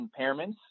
impairments